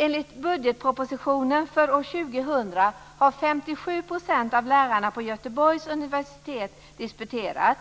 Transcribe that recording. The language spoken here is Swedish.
Enligt budgetpropositionen för år 2000 har 57 % av lärarna på Göteborgs universitet disputerat.